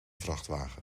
vrachtwagen